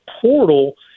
portal